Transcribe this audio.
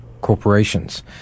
corporations